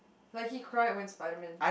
like he cried when Spiderman